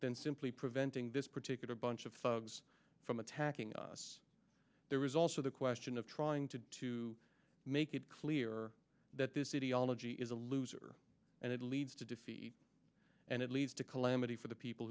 than simply preventing this particular bunch of thugs from attacking us there is also the question of trying to to make it clear that this idiology is a loser and it leads to defeat and it leads to calamity for the people